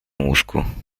łóżku